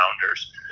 founders